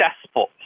successful